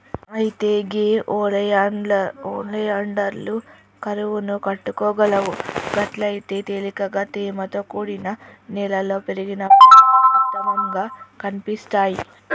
అయితే గే ఒలియాండర్లు కరువును తట్టుకోగలవు గట్లయితే తేలికగా తేమతో కూడిన నేలలో పెరిగినప్పుడు ఉత్తమంగా కనిపిస్తాయి